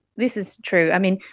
this is true. i mean,